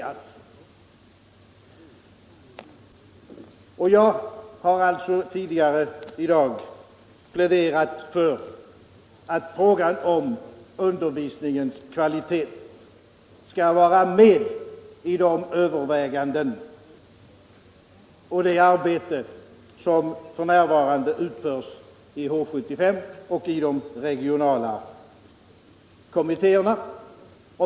Jag har tidigare i dag pläderat för att frågan om undervisningens kvalitet skall vara med i de överväganden som görs och det arbete som f.n. utförs i H 75 och i de regionala kommittéerna.